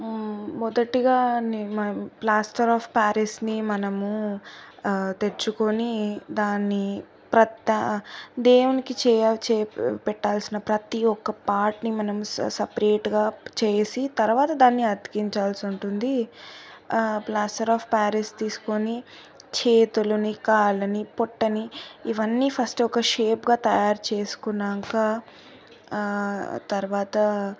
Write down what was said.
మొదటిగా plaster of పారిస్ని మనము తెచ్చుకొని దాన్ని దేవునికి పెట్టాల్సిన ప్రతీ ఒక్క పార్ట్ని మనం సపరేట్గా చేసి తరువాత దాన్ని అతికించాల్సి ఉంటుంది ఆ ప్లాస్టర్ ఆఫ్ పారిస్ తీసుకొని చేతులని కాళ్ళని పొట్టని ఇవన్నీ ఫస్ట్ ఒక షేప్గా తయారు చేసుకున్నాక తరువాత